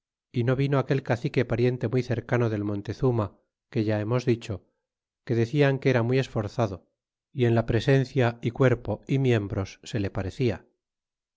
y no vino aquel cacique pariente muy cercano del montezuma que ya hemos dicho que decian que era muy esforzado y en la presencia y cuerpo y miembros se le parecia